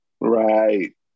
right